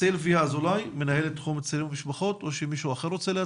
סילביה אזולאי, מנהלת תחום צעירים ומשפחות, בבקשה.